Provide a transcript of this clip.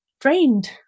drained